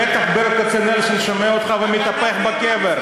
בטח ברל כצנלסון שומע אותך ומתהפך בקבר.